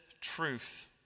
truth